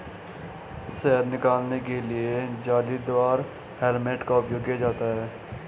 शहद निकालने के लिए जालीदार हेलमेट का उपयोग किया जाता है